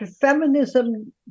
feminism